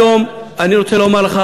אני רוצה לומר לך,